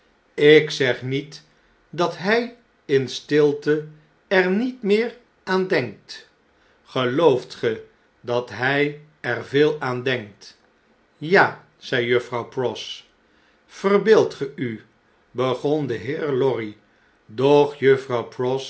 ik zeg niet dat hjj in stilte er niet meer aan denkt gelooft ge dat hjj er veel aan denkt ja zei juffrouw pross verbeeldt ge u begon de heer lorry doch juffrouw